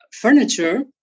furniture